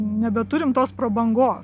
nebeturim tos prabangos